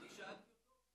אני שאלתי אותו,